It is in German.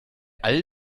all